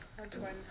Antoine